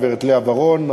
הגברת לאה ורון,